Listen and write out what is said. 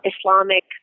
Islamic